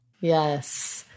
Yes